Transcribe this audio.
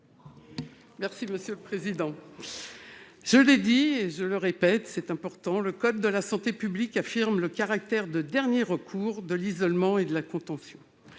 Mme Raymonde Poncet Monge. Je l'ai dit et je le répète, car c'est important : le code de la santé publique affirme le caractère de « dernier recours » de l'isolement et de la contention.